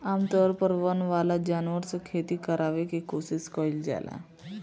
आमतौर पर वन वाला जानवर से खेती करावे के कोशिस कईल जाला